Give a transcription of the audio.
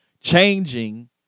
changing